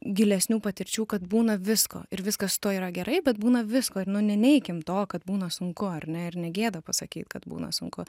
gilesnių patirčių kad būna visko ir viskas su tuo yra gerai bet būna visko ir nu neneikim to kad būna sunku ar ne ir negėda pasakyt kad būna sunku